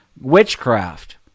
witchcraft